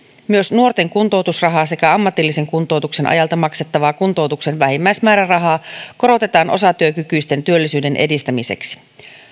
myös nuorten kuntoutusrahaa sekä ammatillisen kuntoutuksen ajalta maksettavaa kuntoutuksen vähimmäismäärärahaa korotetaan osatyökykyisten työllisyyden edistämiseksi